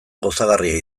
gozagarria